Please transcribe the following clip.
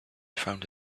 found